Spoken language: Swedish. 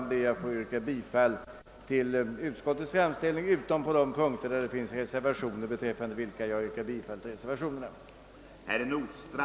Jag ber att få yrka bifall till utskottets hemställan utom på de punkter där reservationer har avgivits och där jag yrkar bifall till dessa.